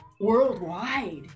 worldwide